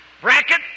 bracket